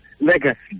legacy